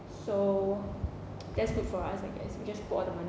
so that's good for us I guess we just put all the money